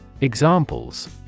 Examples